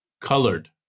Colored